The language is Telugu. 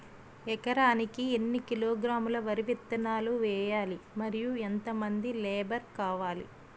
ఎకరానికి ఎన్ని కిలోగ్రాములు వరి విత్తనాలు వేయాలి? మరియు ఎంత మంది లేబర్ కావాలి?